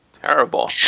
Terrible